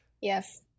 Yes